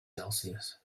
celsius